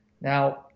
Now